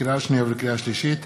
לקריאה שנייה ולקריאה שלישית: